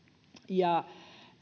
ja